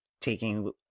taking